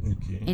okay